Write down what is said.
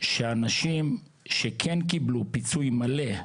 שאנשים שכן קיבלו פיצוי מלא,